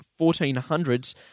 1400s